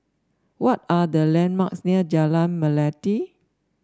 what are the landmarks near Jalan Melati